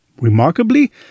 Remarkably